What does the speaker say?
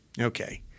okay –